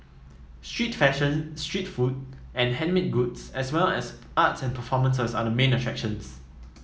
street fashion street food and handmade goods as well as art and performances are the main attractions